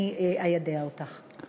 איידע אותך.